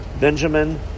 Benjamin